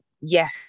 yes